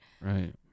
Right